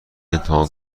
امتحان